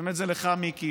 אני אומר את זה לך, מיקי,